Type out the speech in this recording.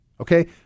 Okay